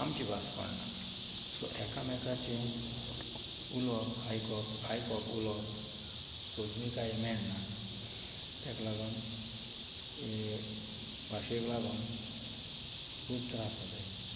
आमची भास कोळणा सो एकामेकाचें उलोवप आयकप आयकप उलोवप सोजमीकाये मेळना तेका लागोन हे भाशेक लागोन खूब त्रास जाताय